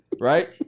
Right